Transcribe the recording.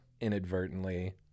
inadvertently